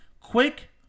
Quick